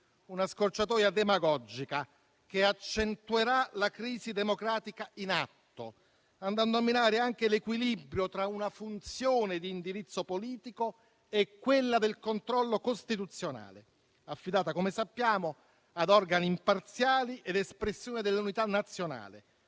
una scorciatoia demagogica che accentuerà la crisi democratica in atto, andando a minare anche l'equilibrio tra la funzione di indirizzo politico e quella del controllo costituzionale, affidata, come sappiamo, ad organi imparziali ed espressione dell'unità nazionale,